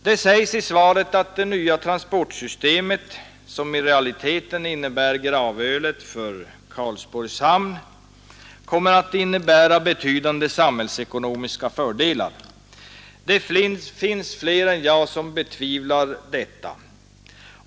Det sägs i svaret att det nya transportsystemet, som i realiteten innebär gravölet för Karlsborgs hamn, kommer att medföra betydande samhällsekonomiska fördelar. Det finns flera än jag som betvivlar detta.